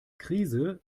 krise